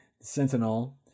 Sentinel